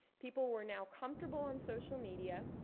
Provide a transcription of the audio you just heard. people were now comfortable on social media.